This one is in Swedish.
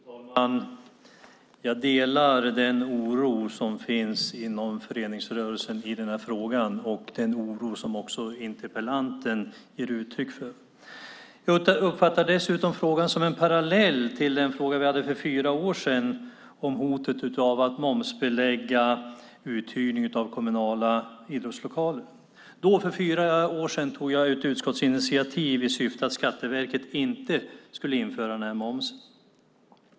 Fru talman! Jag delar den oro som finns inom föreningsrörelsen i den här frågan och den oro som också interpellanten ger uttryck för. Jag uppfattar dessutom frågan som en parallell till den fråga som vi hade uppe för fyra år sedan om hotet att momsbelägga uthyrning av kommunala idrottslokaler. Då, för fyra år sedan, tog jag ett utskottsinitiativ. Syftet var att Skatteverket inte skulle införa den här momsen.